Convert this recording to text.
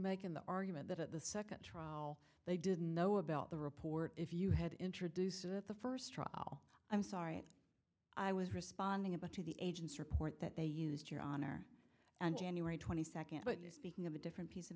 making the argument that at the second trial they didn't know about the report if you had introduced it at the first trial i'm sorry i was responding about to the agent's report that they used your honor and january twenty second but speaking of a different